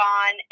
on